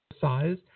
size